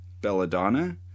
belladonna